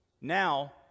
now